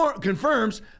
confirms